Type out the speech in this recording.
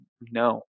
no